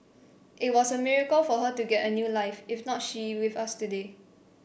it was a miracle for her to get a new life if not she with us today